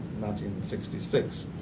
1966